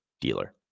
dealer